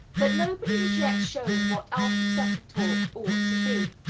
but nobody has yet shown what after-supper talk ought to be.